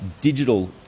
digital